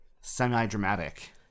semi-dramatic